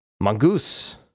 Mongoose